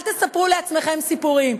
אל תספרו לעצמכם סיפורים,